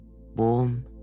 warm